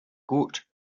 gut